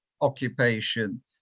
occupation